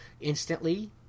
Instantly